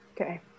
okay